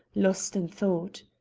lost in thought.